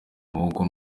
amaboko